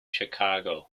chicago